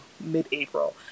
mid-April